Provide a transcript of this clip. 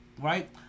right